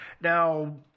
Now